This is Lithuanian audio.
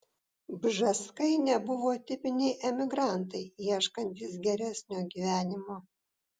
bžeskai nebuvo tipiniai emigrantai ieškantys geresnio gyvenimo